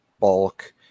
bulk